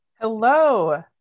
Hello